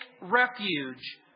refuge